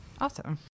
Awesome